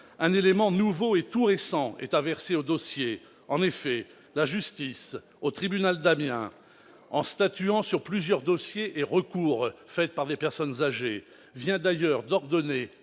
un élément nouveau et tout récent est à verser au dossier. En effet, le tribunal d'Amiens, en statuant sur plusieurs dossiers et recours faits par des personnes âgées, vient d'ordonner,